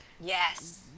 Yes